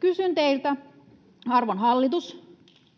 Kysyn teiltä, arvon hallitus: